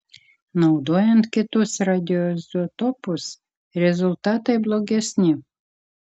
naudojant kitus radioizotopus rezultatai blogesni